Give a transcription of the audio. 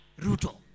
Ruto